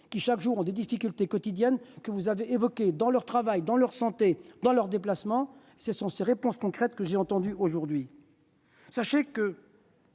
sont confrontés aux difficultés que vous avez évoquées dans leur travail, dans leur santé, dans leurs déplacements. Ce sont ces réponses concrètes que j'ai entendues aujourd'hui. Sachez que